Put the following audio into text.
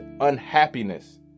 unhappiness